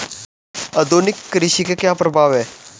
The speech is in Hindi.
आधुनिक कृषि के क्या प्रभाव हैं?